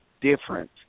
different